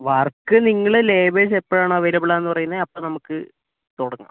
work നിങ്ങൾ labours എപ്പോഴാണോ available ആണെന്ന് പറയുന്നത് അപ്പോൾ നമുക്ക് തുടങ്ങാം